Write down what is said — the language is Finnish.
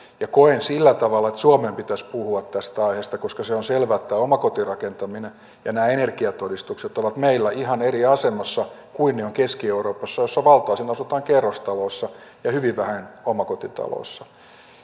ja koen sillä tavalla että suomen pitäisi puhua tästä aiheesta koska se on selvä että tämä omakotirakentaminen ja nämä energiatodistukset ovat meillä ihan eri asemassa kuin ne ovat keski euroopassa jossa valtaosin asutaan kerrostaloissa ja hyvin vähän omakotitaloissa